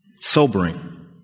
Sobering